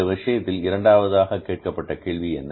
இந்த விஷயத்தில் இரண்டாவதாக கேட்கப்பட்ட கேள்வி என்ன